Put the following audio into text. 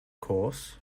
course